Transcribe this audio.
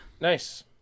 Nice